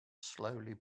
slowly